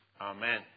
Amen